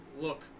look